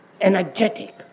energetic